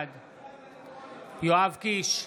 בעד יואב קיש,